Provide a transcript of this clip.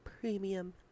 premium